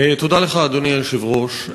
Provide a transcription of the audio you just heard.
אדוני היושב-ראש,